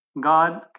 God